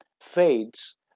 fades